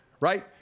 right